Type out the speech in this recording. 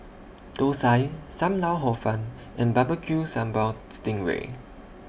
Thosai SAM Lau Hor Fun and Barbecue Sambal Sting Ray